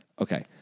Okay